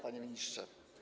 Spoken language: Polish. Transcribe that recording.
Panie Ministrze!